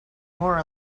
more